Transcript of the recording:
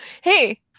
hey